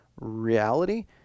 reality